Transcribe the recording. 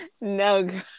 no